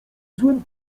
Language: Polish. złym